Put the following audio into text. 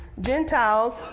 Gentiles